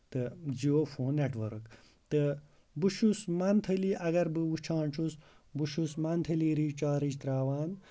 تہٕ Jio phone network تہٕ بہٕ چھُس مَنتھلی بہٕ وٕچھان چھُس بہٕ چھُس مَنتھلی رِچارٕج تراوان